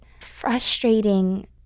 frustrating